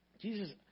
Jesus